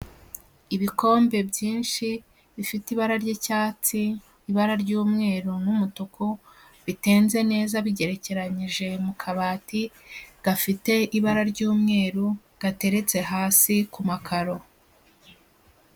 Ibikombe byinshi bifite ibara ry'icyatsi, ibara ry'umweru n'umutuku, bitenze neza bigerekeyije mu kabati, gafite ibara ry'umweru gateretse hasi ku makaro.